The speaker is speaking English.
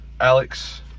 Alex